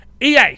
ea